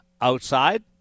outside